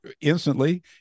instantly